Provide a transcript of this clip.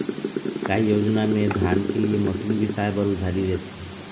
का योजना मे धान के लिए मशीन बिसाए बर उधारी देथे?